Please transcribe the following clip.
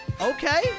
Okay